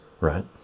right